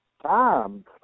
Time